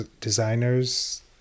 designers